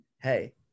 hey